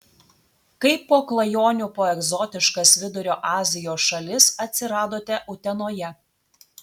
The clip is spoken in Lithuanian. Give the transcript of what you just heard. kaip po klajonių po egzotiškas vidurio azijos šalis atsiradote utenoje